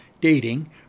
dating